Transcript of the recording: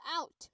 out